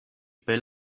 peli